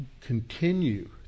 continue